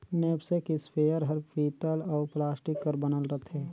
knapsack spare हर पीतल अउ प्लास्टिक कर बनल रथे